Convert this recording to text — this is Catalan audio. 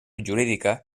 jurídica